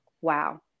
wow